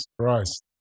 Christ